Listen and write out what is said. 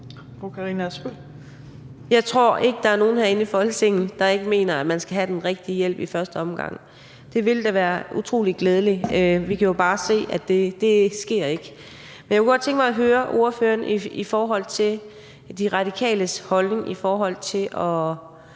Jeg tror ikke, der er nogen herinde i Folketinget, der ikke mener, at man skal have den rigtige hjælp i første omgang. Det ville da være utrolig glædeligt. Vi kan jo bare se, at det ikke sker. Jeg kunne godt tænke mig at høre ordføreren i forhold til De Radikales holdning til